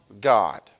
God